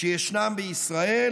שישנם בישראל,